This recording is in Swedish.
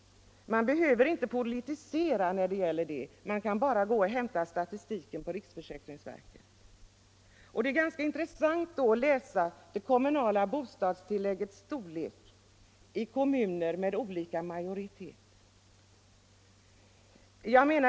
Man behöver inte politisera när det gäller bostadstillägget; man kan hämta statistiken på riksförsäkringsverket, och då kan man avläsa det kommunala bostadstilläggets storlek i kommuner med olika majoriteter.